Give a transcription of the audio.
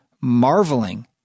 marveling